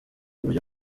uburyo